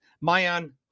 Mayan